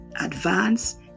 advance